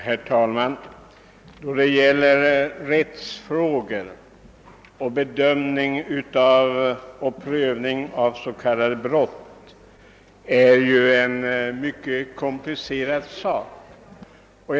Herr talman! Rättsfrågor samt bedömning och prövning av brott är ju mycket komplicerade ting.